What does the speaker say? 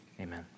amen